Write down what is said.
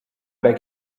beg